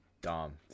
Dom